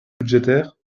budgétaire